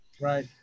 Right